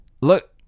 Look